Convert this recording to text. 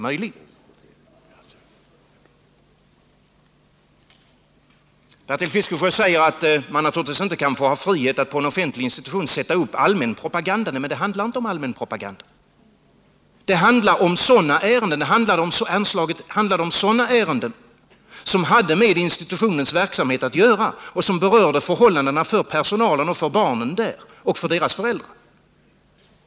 Bertil Fiskesjö säger att man naturligtvis inte kan ha frihet att på en offentlig institution sätta upp allmän propaganda. Men det handlar inte om allmän propaganda; anslaget handlar om ärenden som hade med institutionens verksamhet att göra och som berörde sådana förhållanden för personalen, för barnen där och för deras föräldrar.